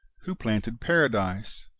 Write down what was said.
who planted paradise,